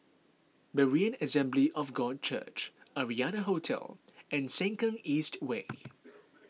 Berean Assembly of God Church Arianna Hotel and Sengkang East Way